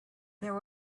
there